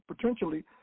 potentially